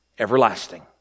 Everlasting